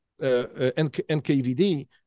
NKVD